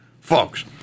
Folks